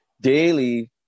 daily